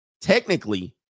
technically